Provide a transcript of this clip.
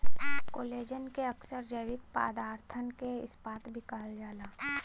collagen के अक्सर जैविक पदारथन क इस्पात भी कहल जाला